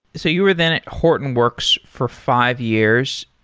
so you were then at hortonworks for five years.